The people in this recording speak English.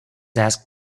asked